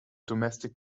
domestic